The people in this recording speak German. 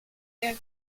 der